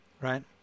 right